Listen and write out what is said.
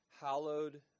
Hallowed